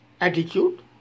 attitude